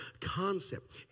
concept